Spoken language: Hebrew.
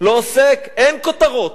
לא עוסק, אין כותרות.